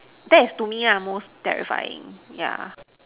that is to me ah most terrifying yeah